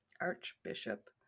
archbishop